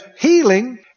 healing